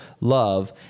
love